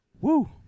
Woo